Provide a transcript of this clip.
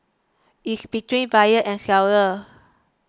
is between buyer and seller